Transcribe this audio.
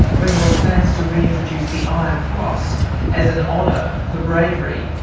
when there were plans to reintroduce the iron cross as an honour for bravery.